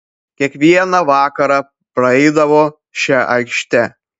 kiekvieną vakarą praeidavo šia aikšte